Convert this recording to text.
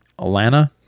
Alana